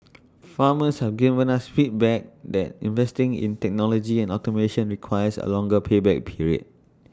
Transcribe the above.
farmers have given us feedback that investing in technology and automation requires A longer pay back period